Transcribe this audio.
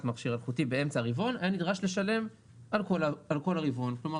מכשיר אלחוטי באמצע הרבעון - היה נדרש לשלם על כל הרבעון כלומר,